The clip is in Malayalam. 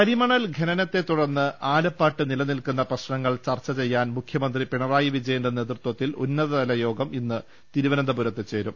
കരിമണൽ ഖനനത്തെ തുടർന്ന് ആലപ്പാട്ട് നിലനിൽക്കുന്ന പ്രശ്നങ്ങൾ ചർച്ച ചെയ്യാൻ മുഖ്യമന്ത്രി പിണറായി വിജയന്റെ അധ്യക്ഷതയിൽ ഉന്ന തതല യോഗം ഇന്ന് തിരുവനന്തപുരത്ത് ചേരും